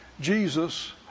Jesus